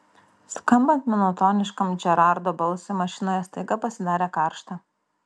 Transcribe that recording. skambant monotoniškam džerardo balsui mašinoje staiga pasidarė karšta